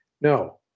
no